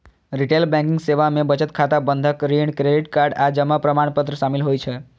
retail banking सेवा मे बचत खाता, बंधक, ऋण, क्रेडिट कार्ड आ जमा प्रमाणपत्र शामिल होइ छै